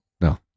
No